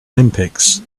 olympics